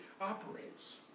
operates